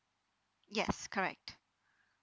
yes correct